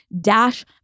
Dash